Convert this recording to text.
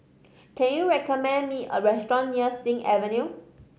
can you recommend me a restaurant near Sing Avenue